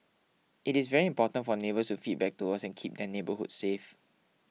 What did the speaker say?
it is very important for neighbours to feedback to us and keep their neighbourhoods safe